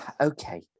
Okay